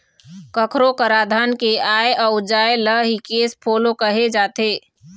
कखरो करा धन के आय अउ जाय ल ही केस फोलो कहे जाथे